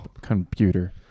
Computer